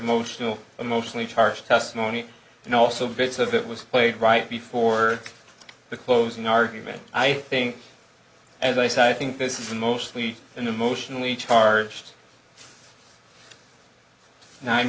emotional emotionally charged testimony and also bits of it was played right before the closing argument i think as i said i think this is a mostly an emotionally charged nine